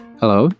hello